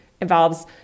involves